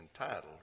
entitled